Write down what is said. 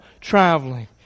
traveling